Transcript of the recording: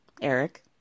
Eric